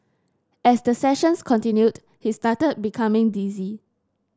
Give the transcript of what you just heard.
as the sessions continued he started becoming dizzy